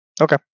Okay